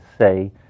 say